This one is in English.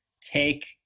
take